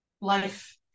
life